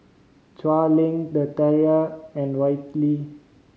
Chuan Link The Tiara and Whitley